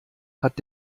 hat